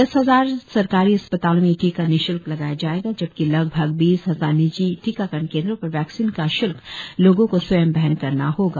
दस हजार सरकारी अस्पतालों में यह टीका निश्ल्क लगाया जाएगा जबकि लगभग बीस हजार निजी टीकाकरण केन्द्रों पर वैक्सीन का श्ल्क लोगों को स्वयं वहन करना होगा